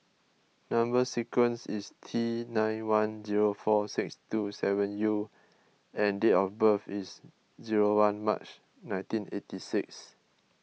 Number Sequence is T nine one zero four six two seven U and date of birth is zero one March nineteen eighty six